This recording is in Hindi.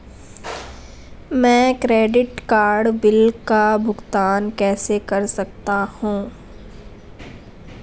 मैं क्रेडिट कार्ड बिल का भुगतान कैसे कर सकता हूं?